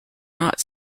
not